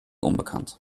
unbekannt